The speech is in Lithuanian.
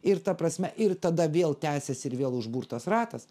ir ta prasme ir tada vėl tęsiasi ir vėl užburtas ratas